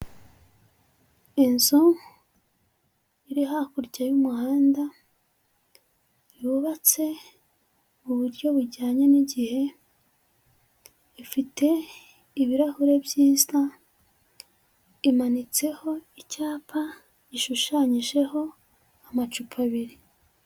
Inzu iri hakurya y'umuhanda, yubatse mu buryo bujyanye n'igihe, ifite ibirahuri byiza, imanitseho icyapa gishushanyijeho amacupa abiri.